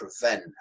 prevent